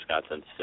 Wisconsin